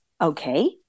Okay